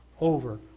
over